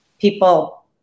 people